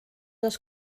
els